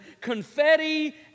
confetti